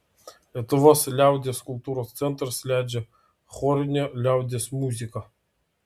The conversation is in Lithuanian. lietuvos liaudies kultūros centras leidžia chorinę liaudies muziką